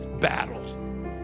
battle